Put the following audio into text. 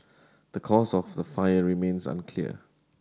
the cause of the fire remains unclear